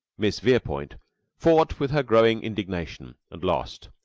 miss verepoint fought with her growing indignation, and lost.